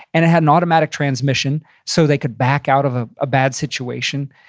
and it had an automatic transmission so they could back out of a ah bad situation.